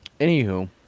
Anywho